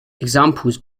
examples